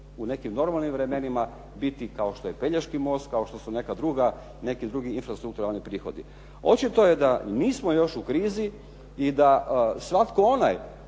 u nekim normalnim vremenima biti kao što je Pelješki most, kao što su neki drugi infrastrukturni prihodi. Očito je da nismo još u krizi i da svatko onaj